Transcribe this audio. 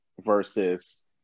versus